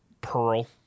Pearl